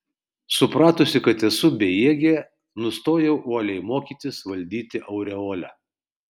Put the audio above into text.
supratusi kad esu bejėgė nustojau uoliai mokytis valdyti aureolę